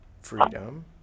freedom